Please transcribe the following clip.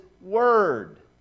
word